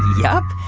yup.